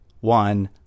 one